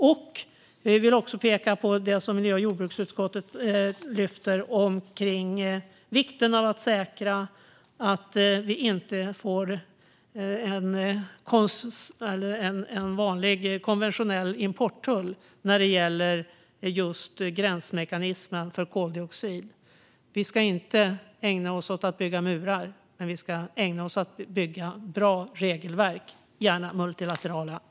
Jag vill också peka på det som miljö och jordbruksutskottet lyfter om vikten av att säkra att vi inte får en vanlig konventionell importtull när det gäller just gränsmekanismen för koldioxid. Vi ska inte ägna oss åt att bygga murar, men vi ska ägna oss åt att bygga bra regelverk, gärna multilaterala.